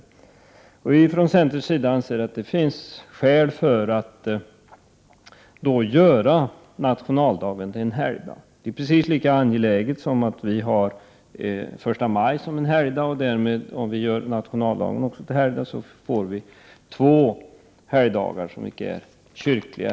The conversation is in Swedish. Vi anser från centerns sida att det finns skäl för att göra nationaldagen till en helgdag. Det är precis lika angeläget som att ha första maj som en helgdag, och om vi gör nationaldagen till en helgdag får vi därigenom två allmänna helgdagar som inte är kyrkliga.